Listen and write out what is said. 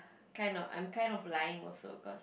kind of I'm kind of lying also cause